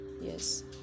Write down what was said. Yes